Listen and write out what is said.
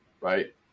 right